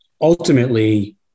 Ultimately